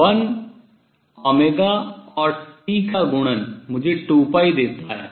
और 1 और t का गुणन मुझे 2 देता है